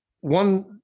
one